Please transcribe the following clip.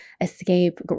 escape